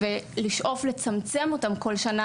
ולשאוף לצמצם אותם כל שנה,